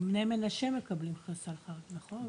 גם בני מנשה מקבלים עשרה חודשים, נכון?